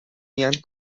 mian